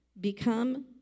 Become